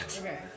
Okay